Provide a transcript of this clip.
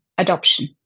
Adoption